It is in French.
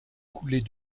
coulée